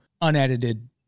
unedited